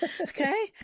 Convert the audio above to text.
Okay